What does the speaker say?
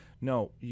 No